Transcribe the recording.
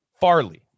Farley